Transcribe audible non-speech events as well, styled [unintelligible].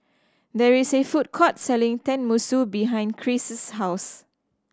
there is a food court selling Tenmusu behind Cris' [unintelligible] house